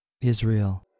Israel